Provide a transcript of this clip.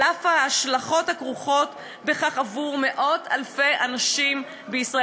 אף ההשלכות הכרוכות בכך עבור מאות-אלפי אנשים בישראל.